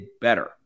better